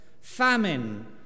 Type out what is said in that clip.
Famine